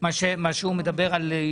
זה מפעל פרטי,